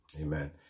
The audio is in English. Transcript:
Amen